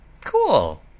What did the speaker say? Cool